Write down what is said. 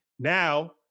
Now